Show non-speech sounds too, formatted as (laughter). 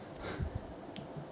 (laughs)